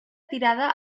tirada